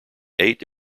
eight